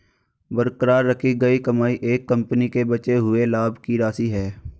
बरकरार रखी गई कमाई एक कंपनी के बचे हुए लाभ की राशि है